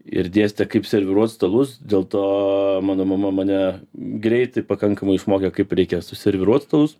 ir dėstė kaip serviruot stalus dėl to mano mama mane greitai pakankamai išmokė kaip reikia suserviruot stalus